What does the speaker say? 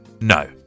No